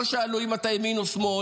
לא שאלו אם אתה ימין או שמאל,